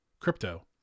crypto